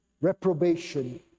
reprobation